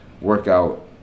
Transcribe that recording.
workout